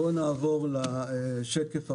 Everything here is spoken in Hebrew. בואו נעבור לשקף הראשון.